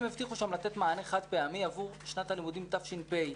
הבטיחו שם לתת מענה חד פעמי עבור שנת הלימודים תש"פ.